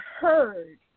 heard